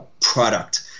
product –